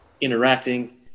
interacting